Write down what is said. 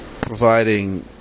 providing